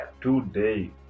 Today